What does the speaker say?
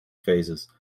phases